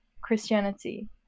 Christianity